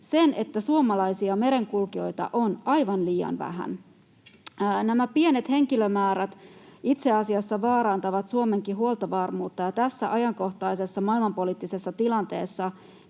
sen, että suomalaisia merenkulkijoita on aivan liian vähän. Nämä pienet henkilömäärät itse asiassa vaarantavat Suomenkin huoltovarmuutta, ja tässä ajankohtaisessa maailmanpoliittisessa tilanteessa